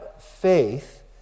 faith